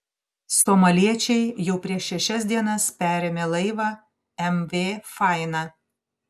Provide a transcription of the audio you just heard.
somaliečiai jau prieš šešias dienas perėmė laivą mv faina